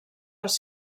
les